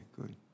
good